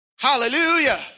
Hallelujah